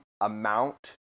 amount